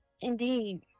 Indeed